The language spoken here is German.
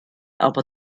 aber